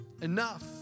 enough